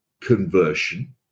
conversion